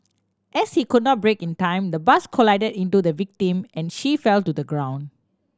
as he could not brake in time the bus collided into the victim and she fell to the ground